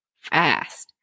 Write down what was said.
fast